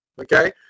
Okay